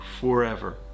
forever